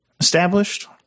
established